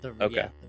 okay